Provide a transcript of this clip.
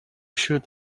shoot